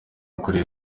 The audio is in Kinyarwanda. ukuriye